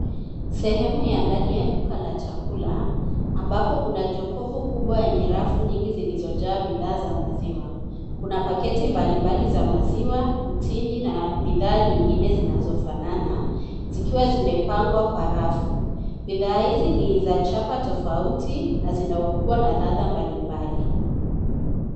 Sehemu ya ndani ya jiko ya chakula ambapo kuna jokofu kubwa yenye rafu nyingi zilizojaa bidhaa za maziwa. Kuna pakiti mbalimbali za maziwa, mtindi na bidhaa nyingine zinazofanana zikiwa zimepangwa kwa rafu. Bidhaa hizi ni za chapa tofauti na zina ukubwa na radha mbalimbali.